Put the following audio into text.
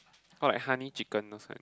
oh like honey chicken those kind